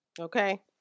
Okay